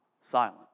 silent